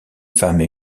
femmes